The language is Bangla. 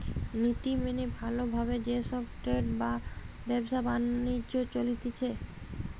নীতি মেনে ভালো ভাবে যে সব ট্রেড বা ব্যবসা বাণিজ্য চলতিছে